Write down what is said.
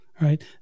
Right